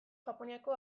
japoniako